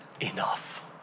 enough